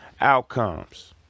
outcomes